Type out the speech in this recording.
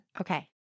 Okay